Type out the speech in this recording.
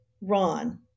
Ron